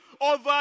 over